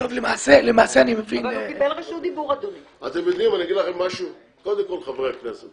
למרות שאני לא חבר ועדת הפנים,